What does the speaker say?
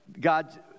God